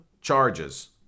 charges